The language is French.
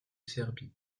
serbie